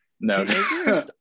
No